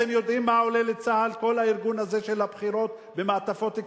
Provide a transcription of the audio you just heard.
אתם יודעים כמה עולה לצה"ל כל הארגון הזה של הבחירות ומעטפות כפולות?